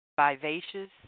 Vivacious